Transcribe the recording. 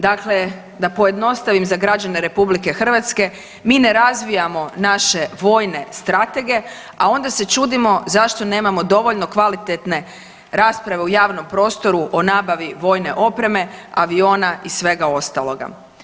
Dakle, da pojednostavim za građane RH mi ne razvijamo naše vojne stratege, a onda se čudimo zašto nemamo dovoljno kvalitetne rasprave u javnom prostoru o nabavi vojne opreme, aviona i svega ostaloga.